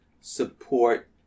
support